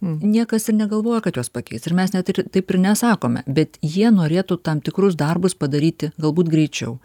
niekas ir negalvoja kad juos pakeis ir mes net ir taip ir nesakome bet jie norėtų tam tikrus darbus padaryti galbūt greičiau